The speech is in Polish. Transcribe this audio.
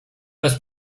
bez